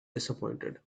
disappointed